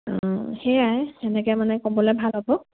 অঁ সেয়াই সেনেকে মানে ক'বলে ভাল হ'ব